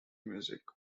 music